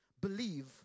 believe